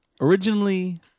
originally